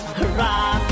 hurrah